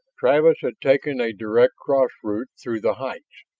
travis had taken a direct cross route through the heights,